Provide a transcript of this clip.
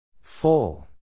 full